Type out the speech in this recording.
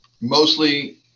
mostly